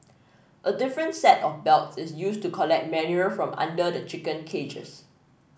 a different set of belts is used to collect manure from under the chicken cages